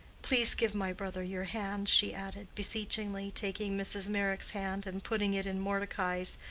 please give my brother your hand, she added, beseechingly, taking mrs. meyrick's hand and putting it in mordecai's,